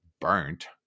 burnt